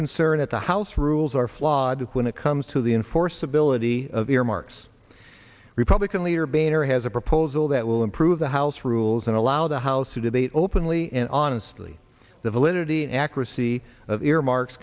concerned at the house rules are flawed when it comes to the enforceability of earmarks republican leader boehner has a proposal that will improve the house rules and allow the house to debate openly and honestly the validity and accuracy of earmark